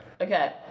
Okay